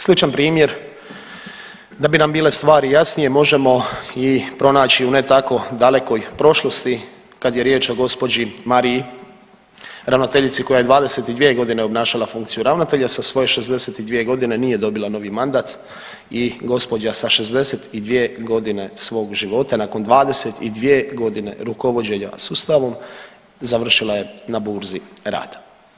Sličan primjer da bi nam bile stvari jasnije može i pronaći u ne tako dalekoj prošlosti kad je riječ o gospođi Mariji, ravnateljici koja je 22 godine obnašala funkciju ravnatelja, sa svoje 62 godine nije dobila novi mandat i gospođa sa 62 godine svog života nakon 22 godine rukovođenja sustavom završila je na burzi rada.